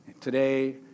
Today